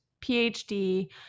PhD